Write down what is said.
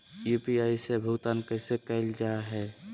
UPI से भुगतान कैसे कैल जहै?